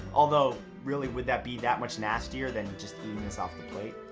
although, really would that be that much nastier than just eating this off the plate?